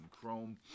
chrome